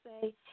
say